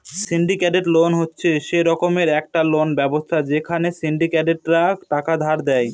syndicated loan হচ্ছে সে রকমের একটা লোন ব্যবস্থা যেখানে সিন্ডিকেটরা টাকা ধার দেয়